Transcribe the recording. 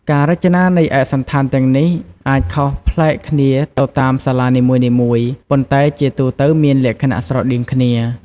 ការរចនានៃឯកសណ្ឋានទាំងនេះអាចខុសប្លែកគ្នាទៅតាមសាលានីមួយៗ ប៉ុន្តែជាទូទៅមានលក្ខណៈស្រដៀងគ្នា។